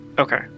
Okay